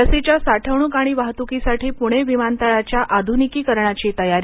लसीच्या साठवणूक आणि वाहतुकीसाठी पूणे विमानतळाच्या आधुनिकीकरणाची तयारी